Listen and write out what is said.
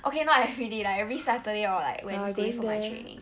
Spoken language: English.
okay not everyday lah every saturday or like wednesday for my training